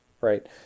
right